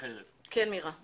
מירה סלומון,